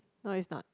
no is not